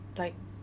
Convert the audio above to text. like